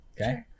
Okay